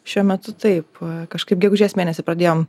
šiuo metu taip kažkaip gegužės mėnesį pradėjom